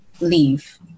leave